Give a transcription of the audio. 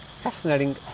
Fascinating